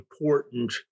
important